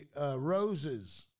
roses